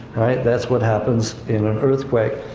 alright, that's what happens in an earthquake.